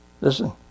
Listen